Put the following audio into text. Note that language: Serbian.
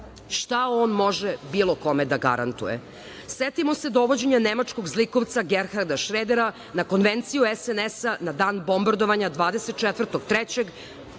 Šta on može bilo kome da garantuje? Setimo se dovođenja nemačkog zlikovca Gerharda Šredera na konvenciju SNS-a na dan bombardovanja, 24.